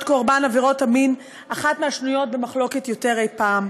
קורבן עבירות המין השנויות במחלוקת יותר אי-פעם.